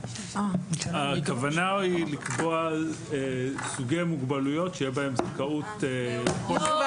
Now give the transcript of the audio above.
הכוונה היא לקבוע סוגי מוגבלויות שיהיה בהם זכאות --- לא.